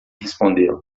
respondeu